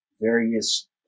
various